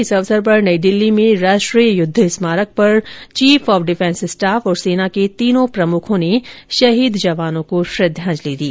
इस अवसर पर नई दिल्ली में राष्ट्रीय युद्ध स्मारक पर चीफ ऑफ डिफेंस स्टाफ और सेना के तीनों प्रमुखों ने शहीद जवानों को श्रद्धांजलि दी